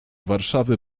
warszawy